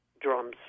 Drums